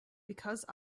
because